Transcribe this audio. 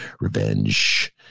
revenge